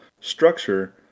structure